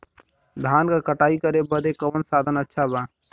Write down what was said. धान क कटाई करे बदे कवन साधन अच्छा बा?